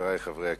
חברי חברי הכנסת,